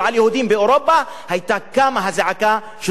היתה קמה הזעקה שזאת אנטישמיות וגזענות.